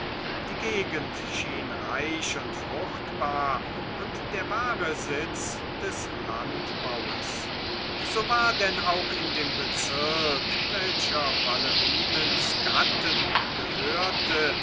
die gegend schien reich und fruchtbar und der wahre sitz des landbaues so war denn auch in dem bezirk welcher valerinens gatten gehörte